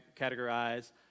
categorize